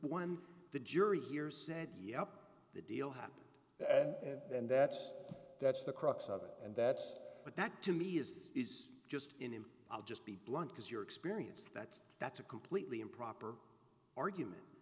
one the jury here said yup the deal happened and that's that's the crux of it and that's what that to me is just in him i'll just be blunt because you're experienced that that's a completely improper argument